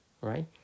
right